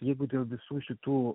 jeigu dėl visų šitų